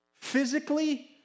physically